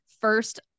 first